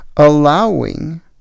Allowing